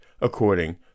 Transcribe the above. according